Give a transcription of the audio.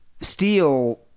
Steel